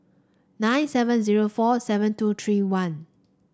nine seven zero four seven two three one